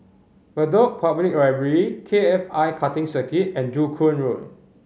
Bedok Public Library K F I Karting Circuit and Joo Koon Road